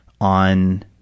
on